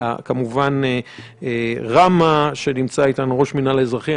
כמובן רמ"א, שנמצא איתנו, ראש מנהל האזרחי.